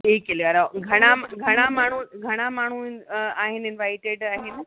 चईं किले वारा घणा घणा माण्हू घणा माण्हू हिन आहिनि इंवाइटेड आहिनि